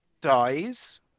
dies